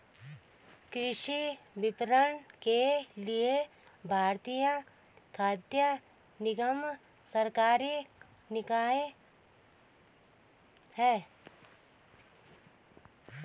कृषि विपणन के लिए भारतीय खाद्य निगम सरकारी निकाय है